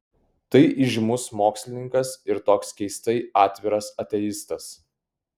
tai įžymus mokslininkas ir toks keistai atviras ateistas